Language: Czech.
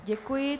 Děkuji.